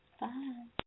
Bye